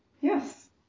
Yes